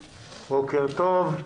בוקר טוב.